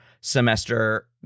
semester